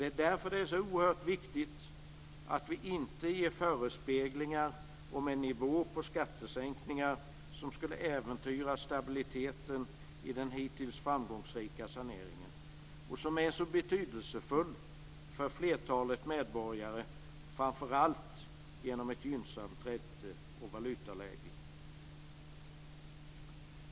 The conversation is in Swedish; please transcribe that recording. Det är därför det är så oerhört viktigt att vi inte ger förespeglingar om en nivå på skattesänkningar som skulle äventyra stabiliteten i den hittills framgångsrika saneringen, som är så betydelsefull för flertalet medborgare, framför allt genom ett gynnsamt ränte och valutaläge.